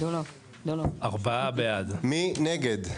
מי נגד?